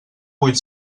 vuit